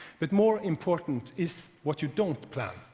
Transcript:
but more important is what you don't plan.